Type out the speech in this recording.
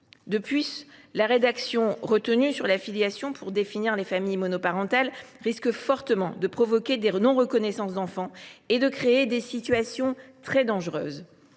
ailleurs, la rédaction retenue par la commission mixte paritaire pour définir les familles monoparentales risque fortement d’entraîner des non reconnaissances d’enfants et de créer des situations très dangereuses.